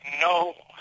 No